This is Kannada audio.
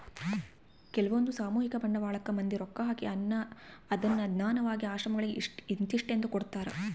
ಕೆಲ್ವಂದು ಸಾಮೂಹಿಕ ಬಂಡವಾಳಕ್ಕ ಮಂದಿ ರೊಕ್ಕ ಹಾಕಿ ಅದ್ನ ದಾನವಾಗಿ ಆಶ್ರಮಗಳಿಗೆ ಇಂತಿಸ್ಟೆಂದು ಕೊಡ್ತರಾ